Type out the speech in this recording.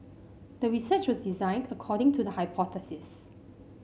the research was designed according to the hypothesis